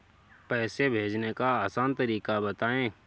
पैसे भेजने का आसान तरीका बताए?